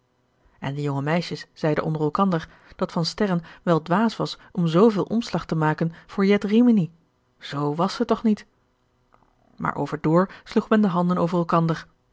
en de jonge meisjes zeiden onder elkander dat van sterren wel dwaas was om zooveel omslag te maken voor jet rimini z was ze toch niet maar over door sloeg men de handen over elkander